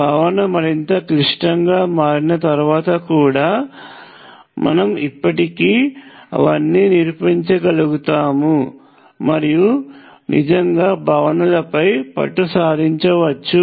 భావన మరింత క్లిష్టంగా మారిన తర్వాత కూడా మనము ఇప్పటికీ అవన్నీ నిరూపించగలుగుతాము మరియు నిజంగా భావనలపై పట్టు సాధించవచ్చు